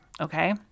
Okay